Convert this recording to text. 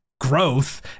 growth